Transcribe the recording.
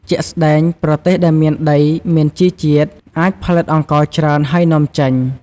ជាក់ស្តែង ប្រទេសដែលមានដីមានជីជាតិអាច ផលិតអង្ករច្រើន ហើយនាំចេញ។